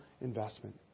investment